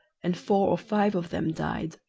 and four or five of them died.